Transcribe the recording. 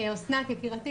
אסנת יקירתי,